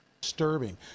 ...disturbing